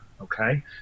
okay